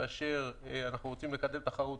כאשר אנחנו רוצים לקדם תחרות,